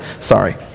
Sorry